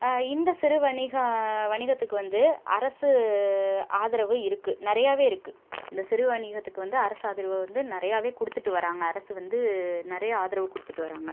இந்த சிறு வணிகோம் வணிகத்துக்கு வந்து அரசு ஆதரவு இருக்குது நிறையாவே இருக்குது இந்த சிறு வணிகத்துக்கு வந்து அரசு ஆதரவை வந்து நிறையாவே கொடுத்துட்டு வராங்க அரசு வந்து நிறைய ஆதரவு கொடுத்துட்டு வராங்க